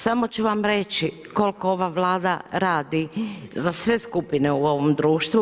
Samo ću vam reći, koliko ova Vlada radi za sve skupine u ovom društvu.